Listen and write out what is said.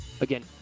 Again